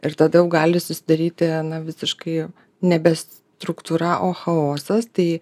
ir tada jau gali susidaryti na visiškai nebe struktūra o chaosas tai